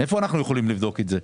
איפה אנחנו יכולים לבדוק את זה?